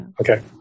Okay